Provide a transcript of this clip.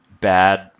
bad